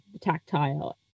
tactile